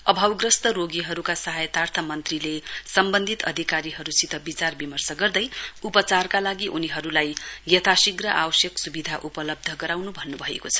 अभावग्रस्त रोगीहरुका सहायतार्थ मन्त्रीले सम्वन्धित अधिकारीहरुसित विचारविमर्श गरी उपचारका लागि उनीहरुलाई यथाशीघ्र आवश्यक सुविधा उपलव्ध गराउनु भन्नुभएको छ